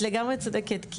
את לגמרי צודקת,